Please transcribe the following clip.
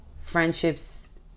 friendships